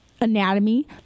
anatomy